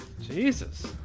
Jesus